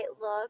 look